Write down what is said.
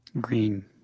Green